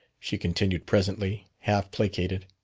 she continued presently, half placated.